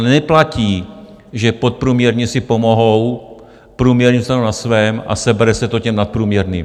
Neplatí, že podprůměrní si pomohou, průměrní zůstanou na svém a sebere se to těm nadprůměrným.